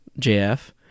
JF